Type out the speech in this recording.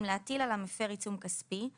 אם להטיל על המפר עיצום כספי,